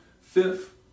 Fifth